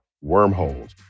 wormholes